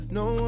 no